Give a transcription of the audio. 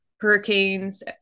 hurricanes